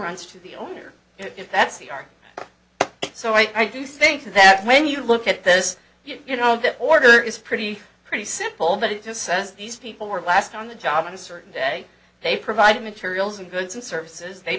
overruns to the owner if that's the arc so i do think that when you look at this you know that order is pretty pretty simple but it just says these people were last on the job at a certain day they provided materials and goods and services they